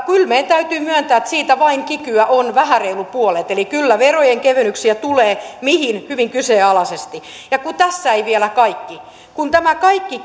kyllä meidän täytyy myöntää että siitä kikyä on vain vähän reilu puolet eli kyllä verojen kevennyksiä tulee mihin hyvin kyseenalaisesti ja tässä ei vielä kaikki tämä kaikki